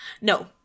No